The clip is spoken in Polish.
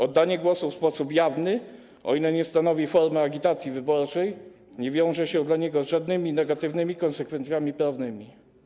Oddanie głosu w sposób jawny, o ile nie stanowi formy agitacji wyborczej, nie wiąże się dla niego z żadnymi negatywnymi konsekwencjami prawnymi.